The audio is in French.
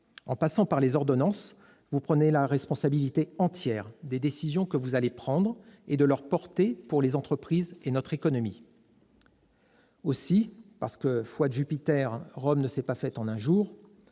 En recourant à des ordonnances, vous prenez la responsabilité entière des décisions à venir et de leurs conséquences pour les entreprises et notre économie. Parce que, foi de Jupiter, Rome ne s'est pas faite en un jour,